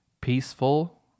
Peaceful